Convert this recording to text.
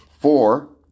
Four